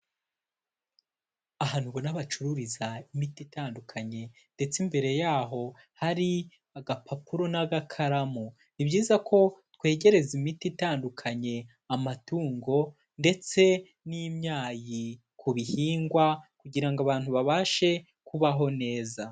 Ahantu ubona bacururiza imiti itandukanye ndetse imbere yaho hari agapapuro n'agakaramu, ni byiza ko twegereza imiti itandukanye amatungo ndetse n'imyayi ku bihingwa kugira ngo abantu babashe kubaho neza.